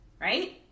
Right